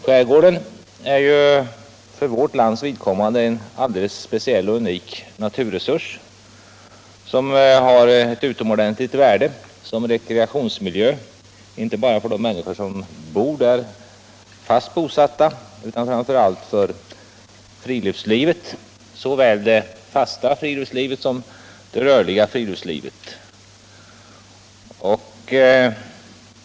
Skärgården är ju för vårt lands vidkommande en alldeles speciell och unik naturresurs med utomordentligt värde som rekreationsmiljö, inte bara för de människor som är fast bosatta där utan framför allt för såväl det fasta som det rörliga friluftslivet.